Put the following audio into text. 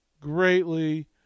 greatly